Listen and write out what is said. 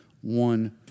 one